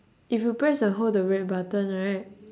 if you press and hold the red button right